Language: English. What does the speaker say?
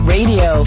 Radio